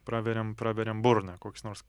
praveriam praveriam burną koks nors